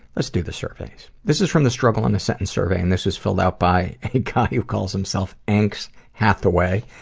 let's do the surveys. this is from the struggle in a sentence survey, and this was filled out by a guy who calls himself angst hathaway,